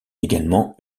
également